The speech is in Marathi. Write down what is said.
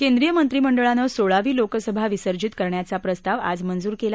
केंद्रिय मंत्रिमंडळानं सोळावी लोकसभा विसर्जित करण्याचा प्रस्ताव आज मंजूर केला